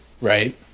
right